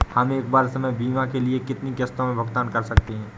हम एक वर्ष में बीमा के लिए कितनी किश्तों में भुगतान कर सकते हैं?